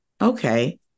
okay